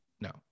No